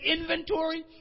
inventory